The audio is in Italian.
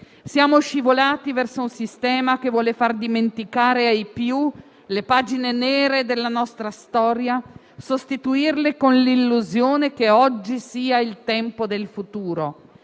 Siamo scivolati verso un sistema che vuole far dimenticare ai più le pagine nere della nostra storia, sostituendole con l'illusione che oggi sia il tempo del futuro;